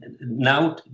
now